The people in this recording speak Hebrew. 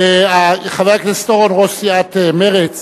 חבר הכנסת אורון, ראש סיעת מרצ,